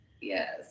Yes